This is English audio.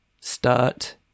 Start